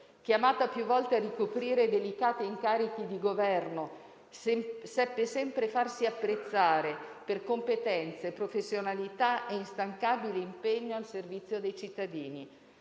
Chiamata più volte a ricoprire delicati incarichi di Governo, seppe sempre farsi apprezzare per competenza, professionalità e instancabile impegno al servizio dei cittadini.